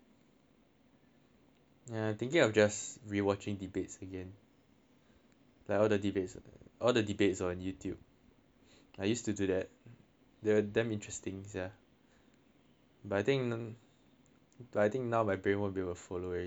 ya I'm thinking of just rewatching debates again like all the debates all the debates on Youtube I used to do that damn interesting sia but I think now but I think now my brain will be able to follow really